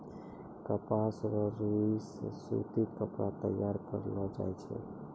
कपास रो रुई से सूती कपड़ा तैयार करलो जाय छै